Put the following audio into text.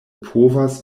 povas